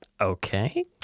Okay